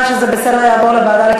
נצביע אם להעביר את הדיון לוועדה.